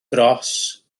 dros